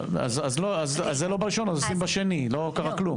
אז זה לא ב-1, אז עושים ב-2, לא קרה כלום.